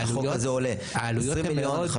האם החוק הזה עולה 20 מיליון,